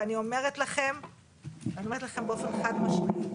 ואני אומרת לכם באופן חד-משמעי,